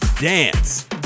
dance